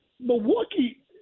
Milwaukee